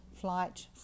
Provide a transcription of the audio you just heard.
flight